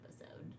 episode